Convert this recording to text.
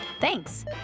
Thanks